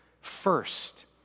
first